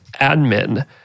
admin